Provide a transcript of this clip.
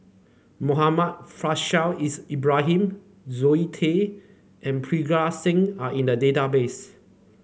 Muhammad Faishal is Ibrahim Zoe Tay and Parga Singh are in the database